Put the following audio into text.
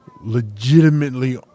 legitimately